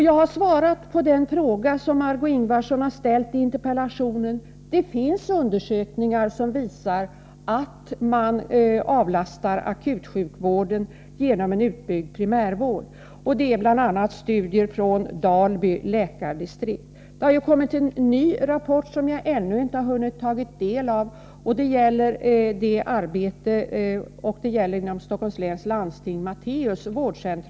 Jag har svarat på den fråga som Margö Ingvardsson ställt i interpellationen, att det finns undersökningar som visar att man avlastar akutsjukvården genom en utbyggd primärvård. Detta visar bl.a. studier från Dalby läkardistrikt. Det har kommit en ny rapport som jag ännu inte hunnit ta del av. Den gäller Matteus vårdcentral inom Stockholms läns landsting.